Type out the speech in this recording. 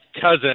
cousin